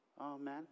Amen